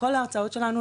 בכל ההרצאות שלנו,